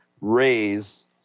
raise